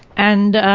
and,